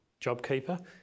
JobKeeper